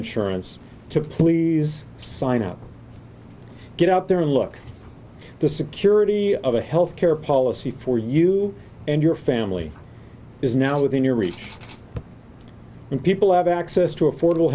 insurance to please sign up get out there look the security of a health care policy for you and your family is now within your reach and people have access to affordable